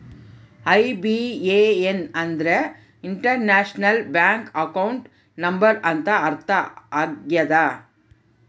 IBAN ಅಂದ್ರೆ international bank account number ಅಂತ ಅರ್ಥ ಆಗ್ಯದ